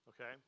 okay